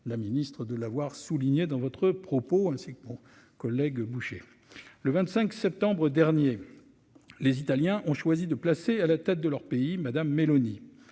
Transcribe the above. la Ministre de l'avoir souligné dans votre propos ainsi que mon collègue boucher le 25 septembre dernier les Italiens ont choisi de placer à la tête de leur pays, madame Meloni